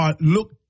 look